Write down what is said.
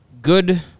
good